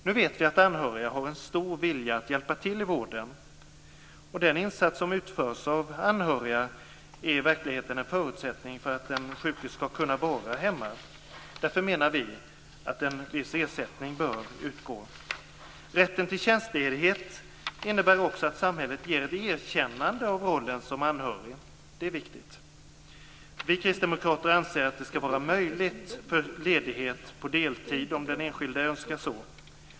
Nu vet jag att anhöriga har en stor vilja att hjälpa till i vården, och den insats som utförs av anhöriga är i verkligheten en förutsättning för att den sjuke skall kunna vara hemma. Därför menar vi att en viss ersättning bör utgå. Rätten till tjänstledighet innebär också att samhället ger ett erkännande av rollen som anhörig, och det är viktigt. Vi kristdemokrater anser att det skall finnas möjlighet till ledighet på deltid, om den enskilde så önskar.